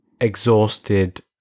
exhausted